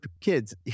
kids